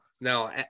No